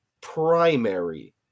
primary